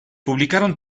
publicaron